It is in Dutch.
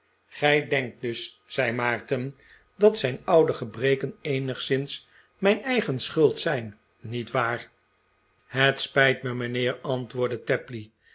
gij denkt dus zei maarten dat zijn oude gebreken eenigszins mijn eigen schuld zijn niet waar het spijt me mijnheer antwoordde tapley